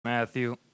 Matthew